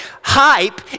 Hype